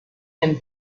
dem